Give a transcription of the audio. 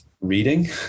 reading